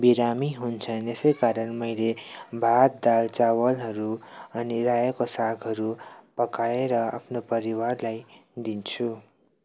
बिरामी हुन्छन् यसै कारण मैले भात दाल चावलहरू अनि रायोको सागहरू पकाएर आफ्नो परिवारलाई दिन्छु